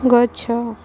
ଗଛ